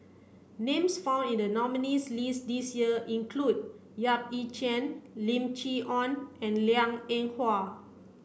names found in the nominees' list this year include Yap Ee Chian Lim Chee Onn and Liang Eng Hwa